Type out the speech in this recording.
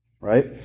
right